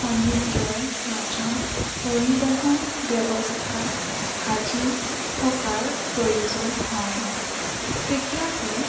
সমুদ্ৰৰ মাজত পৰিবহণ ব্যৱস্থা সাজি থকাৰ প্ৰয়োজন হয় তৃতীয়তে